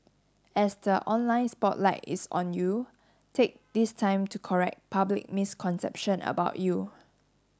as the online spotlight is on you take this time to correct public misconception about you